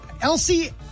Elsie